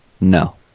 No